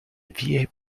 vie